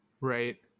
Right